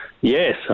Yes